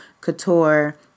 couture